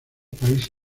países